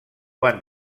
van